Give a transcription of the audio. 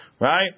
right